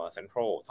Central